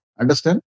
Understand